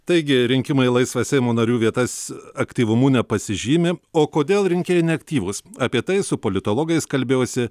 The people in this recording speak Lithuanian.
taigi rinkimai laisvą seimo narių vietas aktyvumu nepasižymi o kodėl rinkėjai neaktyvūs apie tai su politologais kalbėjosi